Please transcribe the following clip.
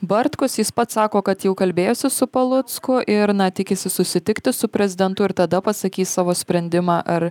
bartkus jis pats sako kad jau kalbėjosi su palucku ir na tikisi susitikti su prezidentu ir tada pasakys savo sprendimą ar